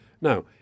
Now